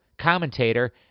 commentator